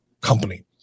company